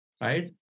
right